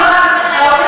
נכון.